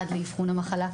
עד לאבחון המחלה,